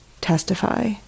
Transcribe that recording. testify